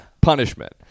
punishment